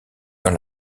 dans